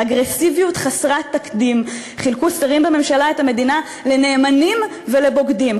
באגרסיביות חסרת תקדים חילקו שרים בממשלה את המדינה לנאמנים ולבוגדים.